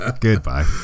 Goodbye